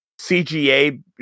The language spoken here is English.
CGA